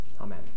Amen